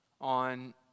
on